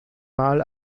mal